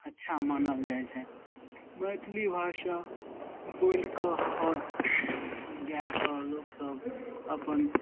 अच्छा मानल जाइ छथि मैथिली भाषा बोलि कऽ आओर गायके लोक सब अपन